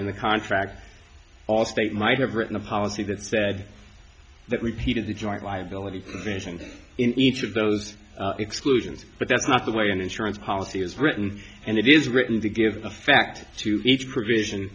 in the contract all the state might have written a policy that said that repeated the joint liability mentioned in each of those exclusions but that's not the way an insurance policy is written and it is written to give effect to each provision